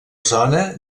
zona